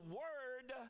word